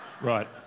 Right